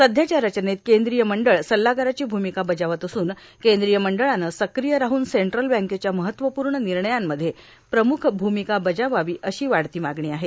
सध्याच्या रचनेत केंद्रीय मंडळ सल्लागाराची भ्मिका बजावत असून केंद्रीय मंडळानं सक्रिय राहन सेंट्रल बँकेच्या महत्वपूर्ण निर्णयांमध्ये प्रम्ख भ्मिका बजावावी अशी वाढती मागणी आहे